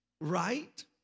right